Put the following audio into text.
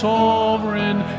Sovereign